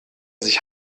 sich